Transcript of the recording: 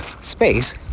space